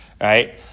right